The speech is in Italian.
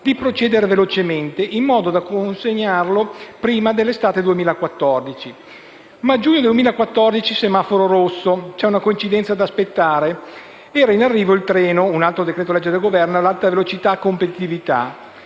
di procedere velocemente, in modo da concludere il suo esame prima dell'estate 2014. Ma a giugno 2014, semaforo rosso, c'è una coincidenza da aspettare. Era in arrivo il treno (un altro decreto-legge del Governo) dell'alta velocità e della competitività;